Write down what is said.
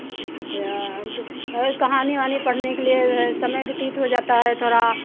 अच्छा और और कहानी वहनी पढ़ने के लिए समय व्यतीत हो जाता है थोड़ा